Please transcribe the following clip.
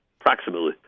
approximately